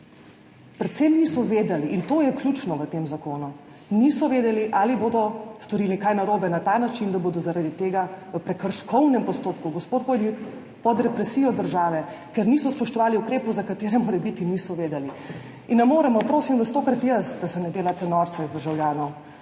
predvsem niso vedeli, in to je ključno v tem zakonu, niso vedeli, ali bodo storili kaj narobe na ta način, da bodo zaradi tega v prekrškovnem postopku, gospod Hoivik, pod represijo države, ker niso spoštovali ukrepov, za katere morebiti niso vedeli in niso mogli vedeti. Tokrat vas prosim jaz, da se ne delate norca iz državljanov.